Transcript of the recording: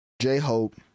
J-Hope